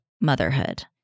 motherhood